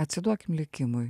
atsiduokim likimui